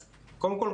אז קודם כל,